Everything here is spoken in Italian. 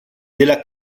della